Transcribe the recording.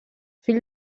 fill